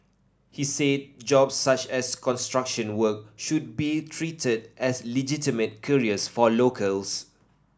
he said jobs such as construction work should be treated as legitimate careers for locals